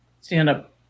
stand-up